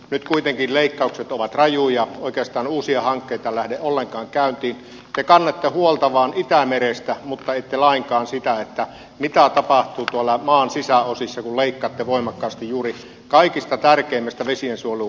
nyt kuitenkin leikkaukset ovat rajuja oikeastaan uusia hankkeita lähde ollenkaan käyntiin keikalle huolta vaan itämerestä mutta ette lainkaan siitä että mitä tapahtuu vielä maan sisäosissa leikattu voimakkaasti juuri kaikista tärkeimmistä lisiä solu